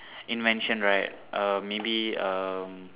invention right err maybe um